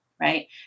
right